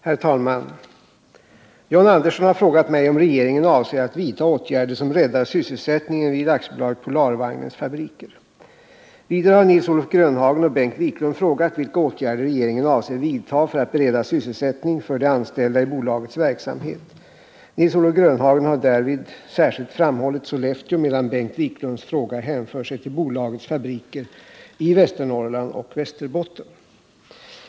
Herr talman! John Andersson har frågat mig om regeringen avser att vidta åtgärder som räddar sysselsättningen vid AB Polarvagnens fabriker. verksamhet. Nils-Olof Grönhagen har därvid särskilt framhållit Sollefteå medan Bengt Wiklunds fråga hänför sig till bolagets fabriker i Västernorrland och Västerbotten.